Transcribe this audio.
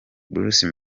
bruce